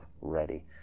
ready